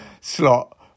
slot